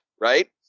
Right